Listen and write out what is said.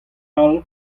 all